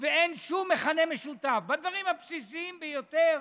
ואין שום מכנה משותף בדברים הבסיסיים ביותר